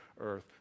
earth